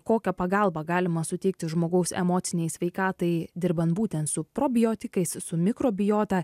kokią pagalbą galima suteikti žmogaus emocinei sveikatai dirbant būtent su probiotikais su mikrobiota